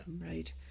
right